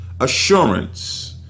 assurance